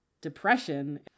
depression